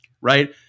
right